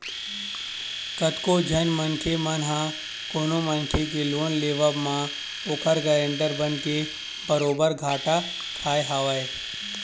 कतको झन मनखे मन ह कोनो मनखे के लोन लेवब म ओखर गारंटर बनके बरोबर घाटा खाय हवय